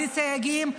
בלי סייגים,